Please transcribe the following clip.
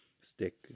stick